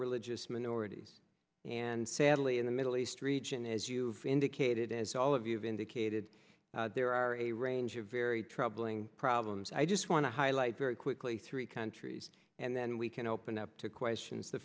religious minorities and sadly in the middle east region as you indicated as all of you have indicated there are a range of very troubling problems i just want to highlight very quickly three countries and then we can open up to questions the